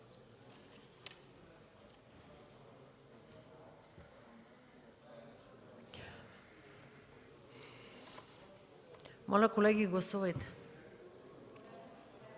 Моля, колеги, гласувайте!